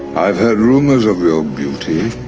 i've heard rumors of your beauty.